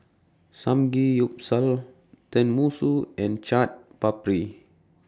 Samgeyopsal Tenmusu and Chaat Papri